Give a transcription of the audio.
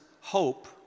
hope